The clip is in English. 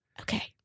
Okay